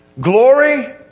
glory